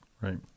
Right